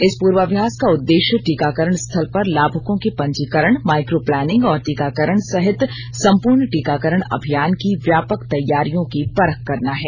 इस पूर्वाभ्यास का उद्देश्य टीकाकरण स्थल पर लाभुकों के पंजीकरण माइक्रोप्लानिंग और टीकाकरण सहित संपूर्ण टीकाकरण अभियान की व्यापक तैयारियों की परख करना है